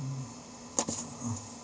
mm uh